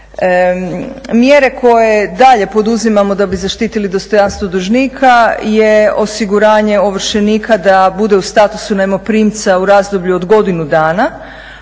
Mjere koje dalje poduzimamo da bi zaštitili dostojanstvo dužnika je osiguranje ovršenika da bude u statusu najmoprimca u razdoblju od godinu dana,